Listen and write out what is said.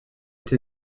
été